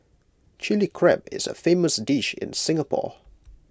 Chilli Crab is A famous dish in Singapore